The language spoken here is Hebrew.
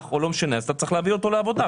אח - אתה צריך להביא אותו לעבודה.